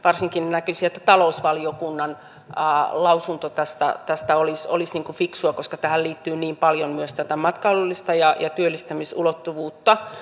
varsinkin näkisin että talousvaliokunnan lausunto tästä olisi fiksua koska tähän liittyy niin paljon myös tätä matkailullista ja työllistämisulottuvuutta